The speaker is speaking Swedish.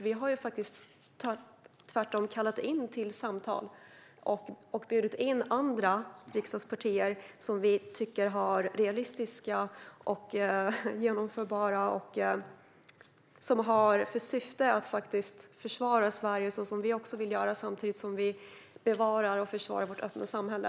Vi har tvärtom kallat till samtal och bjudit in andra riksdagspartier som vi tycker har realistiska och genomförbara förslag som har till syfte att försvara Sverige så som vi också vill göra samtidigt som vi bevarar och försvarar vårt öppna samhälle.